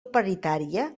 paritària